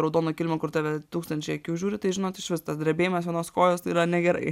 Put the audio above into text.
raudono kilimo kur tave tūkstančiai akių žiūri tai žinot išvis tas drebėjimas vienos kojos tai yra negerai